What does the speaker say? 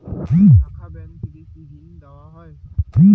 শাখা ব্যাংক থেকে কি ঋণ দেওয়া হয়?